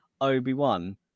Obi-Wan